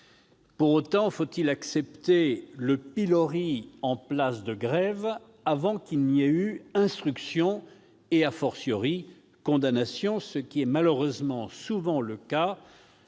coupable, ou accepter le pilori en place de Grève, avant qu'il y ait eu instruction et,, condamnation, ce qui est malheureusement souvent le cas